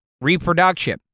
reproduction